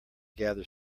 gather